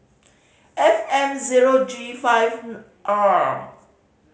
F M zero G five R